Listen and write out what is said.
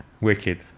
Wicked